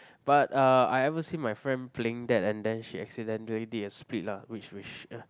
but uh I ever seen my friend that playing that and then she accidentally did a split lah which is